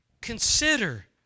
consider